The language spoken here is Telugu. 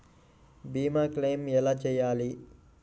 భీమ క్లెయిం ఎలా చేయాలి?